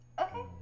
Okay